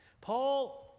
Paul